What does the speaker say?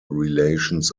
relations